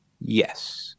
yes